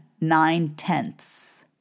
nine-tenths